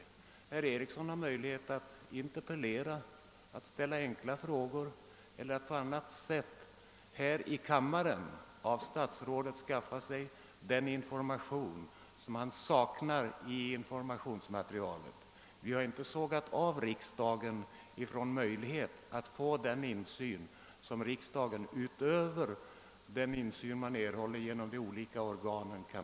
Det står herr Ericsson fritt att interpellera, ställa enkla frågor eller på annat sätt här i kammaren av statsrådet begära upplysningar som han saknar i informationsmaterialet. Vi har inte sågat av riksdagen från möjligheten att få den insyn, som man vill skaffa sig utöver den insyn man erhåller genom de olika organen.